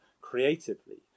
creatively